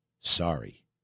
Sorry